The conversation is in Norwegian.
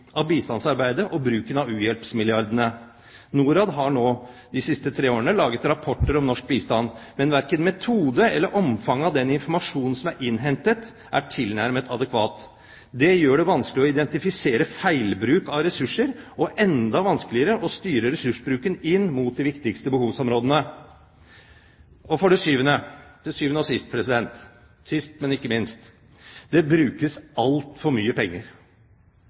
av bistandsarbeidet og bruken av u-hjelpsmilliardene. NORAD har de siste tre årene laget rapporter om norsk bistand. Men verken metoden eller omfanget av den informasjonen som er innhentet, er tilnærmet adekvat. Det gjør det vanskelig å identifisere feilbruk av ressurser og enda vanskeligere å styre ressursbruken inn mot de viktigste behovsområdene. For det syvende, sist, men ikke minst: Det brukes altfor mye penger.